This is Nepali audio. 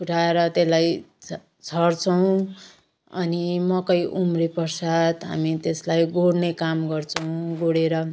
फुटाएर त्यसलाई छ छर्छौँ अनि मकै उम्रिएपश्चात हामी त्यसलाई गोड्ने काम गर्छौँ गोडेर